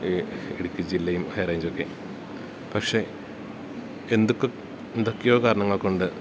ഈ ഇടുക്കി ജില്ലയും ഹൈ റേഞ്ചുമൊക്കെ പക്ഷേ എന്തൊക്കെയോ കാരണങ്ങൾകൊണ്ട്